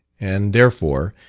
and, therefore,